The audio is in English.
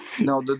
No